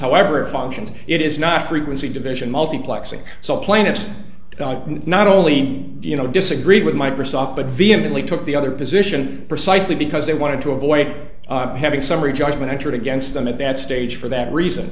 however functions it is not frequency division multiplexing so plaintiffs not only you know disagreed with microsoft but vehemently took the other position precisely because they wanted to avoid having summary judgment entered against them at that stage for that reason